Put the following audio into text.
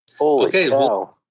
Okay